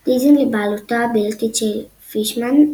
דיזיין" לבעלותו הבלעדית של פישמן,